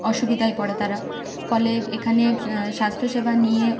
অসুবিধায় পড়ে তারা ফলে এখানের স্বাস্থ্যসেবা নিয়ে